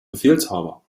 befehlshaber